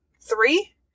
three